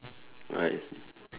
oh I see